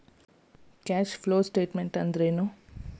Cash flow statement ಅಂದ್ರೇನು?